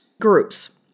groups